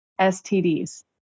STDs